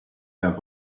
der